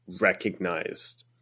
recognized